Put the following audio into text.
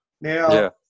Now